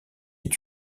ait